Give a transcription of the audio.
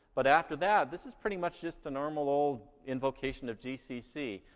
but after that, this is pretty much just a normal old invocation of gcc.